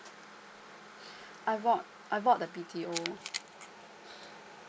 I bought I bought the B_T_O